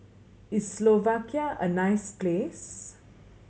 is Slovakia a nice place